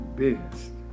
best